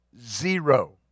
zero